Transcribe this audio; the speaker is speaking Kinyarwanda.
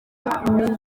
imitangire